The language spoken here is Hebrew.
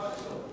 ממש לא.